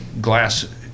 glass